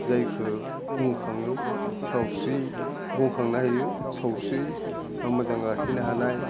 जायखौ बुंखाङो सावस्रि बुंखांनो हायो सावस्रि मोजां लाखिनो हानाय